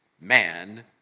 man